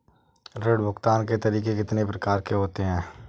ऋण भुगतान के तरीके कितनी प्रकार के होते हैं?